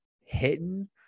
hidden